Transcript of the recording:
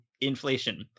inflation